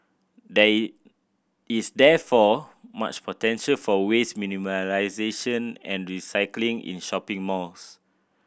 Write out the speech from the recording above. there is is therefore much potential for waste minimisation and recycling in shopping malls